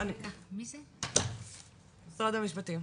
משרד המשפטים.